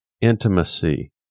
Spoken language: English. intimacy